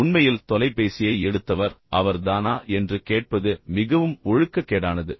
உண்மையில் தொலைபேசியை எடுத்தவர் அவர் தானா என்று கேட்பது மிகவும் ஒழுக்கக்கேடானது